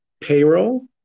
payroll